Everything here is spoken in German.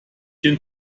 den